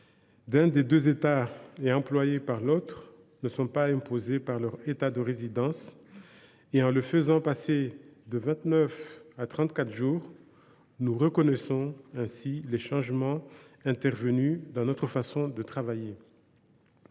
l’un des deux États et employés par l’autre ne sont pas imposés par leur État de résidence, faisant passer ce seuil de 29 à 34 jours, nous reconnaissons les changements intervenus dans notre façon de travailler.